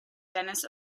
dennis